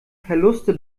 verluste